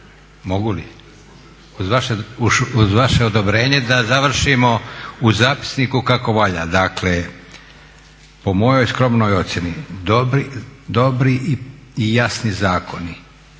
Mogu li? Uz vaše odobrenje da završimo u zapisniku kako valja. Dakle, po mojoj skromnoj ocjeni dobri i jasni zakoni,